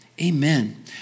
amen